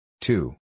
Two